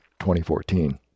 2014